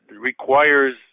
requires